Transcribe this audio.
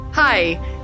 Hi